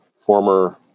former